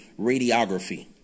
radiography